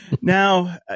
Now